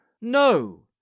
No